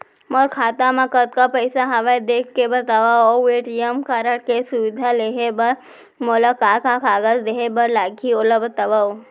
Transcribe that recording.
मोर खाता मा कतका पइसा हवये देख के बतावव अऊ ए.टी.एम कारड के सुविधा लेहे बर मोला का का कागज देहे बर लागही ओला बतावव?